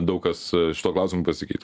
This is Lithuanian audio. daug kas šituo klausimu pasikeitė